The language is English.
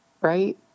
right